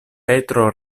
petro